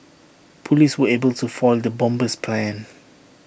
Police were able to foil the bomber's plans